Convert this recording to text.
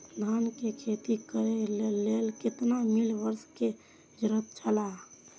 धान के खेती करे के लेल कितना मिली वर्षा के जरूरत छला?